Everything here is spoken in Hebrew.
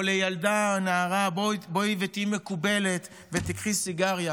או לילדה או נערה: בואי ותהיי מקובלת ותיקחי סיגריה.